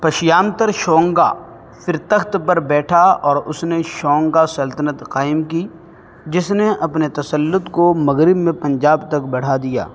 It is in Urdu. پشیامپر شونگا پھر تخت پر بیٹھا اور اس نے شونگا سلطنت قائم کی جس نے اپنے تسلط کو مغرب میں پنجاب تک بڑھا دیا